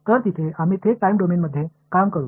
तर तिथे आम्ही थेट टाइम डोमेनमध्ये काम करू